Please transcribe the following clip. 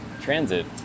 transit